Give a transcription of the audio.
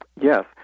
Yes